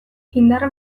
indar